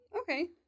Okay